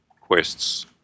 quests